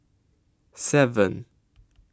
seven